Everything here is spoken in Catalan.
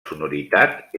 sonoritat